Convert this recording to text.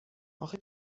آخه